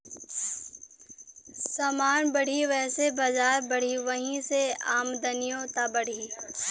समान बढ़ी वैसे बजार बढ़ी, वही से आमदनिओ त बढ़ी